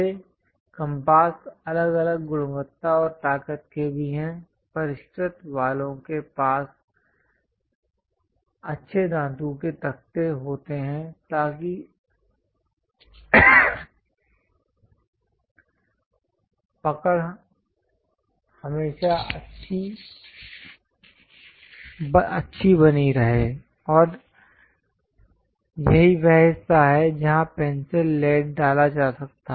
ये कम्पास अलग अलग गुणवत्ता और ताकत के भी हैं परिष्कृत वालों के पास अच्छे धातु के तख्ते होते हैं ताकि पकड़ हमेशा अच्छी बनी रहे और यही वह हिस्सा है जहाँ पेन्सिल लेड डाला जा सकता है